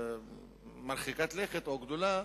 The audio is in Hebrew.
מרחיקת לכת או גדולה